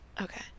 Okay